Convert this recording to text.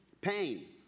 pain